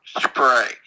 spray